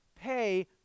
pay